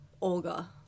Olga